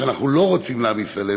שאנחנו לא רוצים להעמיס עליהם,